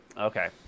okay